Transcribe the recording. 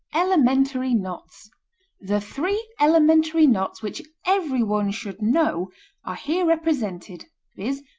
elementary knots the three elementary knots which every one should know are here represented viz,